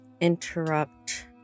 interrupt